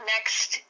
Next